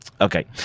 Okay